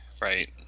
right